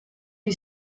you